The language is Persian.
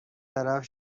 طرف